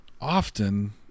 often